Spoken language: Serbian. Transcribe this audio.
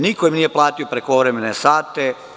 Niko im nije platio prekovremene sate.